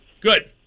Good